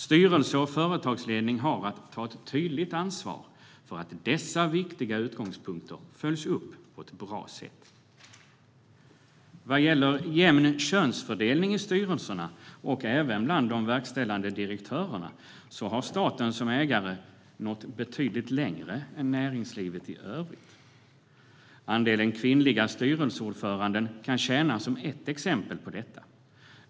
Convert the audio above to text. Styrelse och företagsledning har att ta ett tydligt ansvar för att dessa viktiga utgångspunkter följs upp på ett bra sätt. Vad gäller jämn könsfördelning i styrelserna och bland de verkställande direktörerna har staten som ägare nått betydligt längre än näringslivet i övrigt. Andelen kvinnliga styrelseordförande kan tjäna som ett exempel på det.